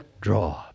draw